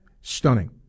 stunning